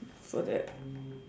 for that